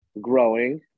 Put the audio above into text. growing